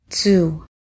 two